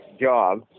job